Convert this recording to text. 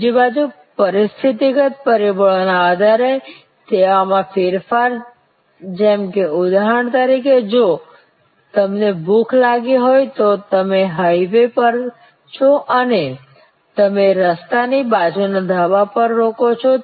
બીજી બાજુ પરિસ્થિતિગત પરિબળોના આધારે સેવામાં ફેરફાર જેમ કે ઉદાહરણ તરીકે જો તમને ભૂખ લાગી હોય તો તમે હાઇવે પર છો અને તમે રસ્તાની બાજુના ધાબા પર રોકો છો